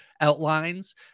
outlines